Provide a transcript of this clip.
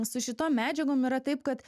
su šitom medžiagom yra taip kad